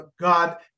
God